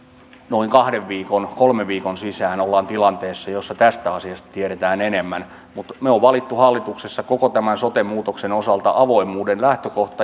noin kolmen viikon sisään ollaan tilanteessa jossa tästä asiasta tiedetään enemmän mutta me olemme valinneet hallituksessa koko tämän soten muutoksen osalta avoimuuden lähtökohdan